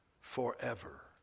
forever